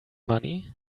money